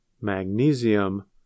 magnesium